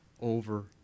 over